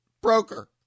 broker